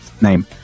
name